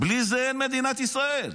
בלי זה, אין מדינת ישראל,